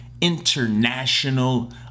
international